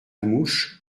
mouche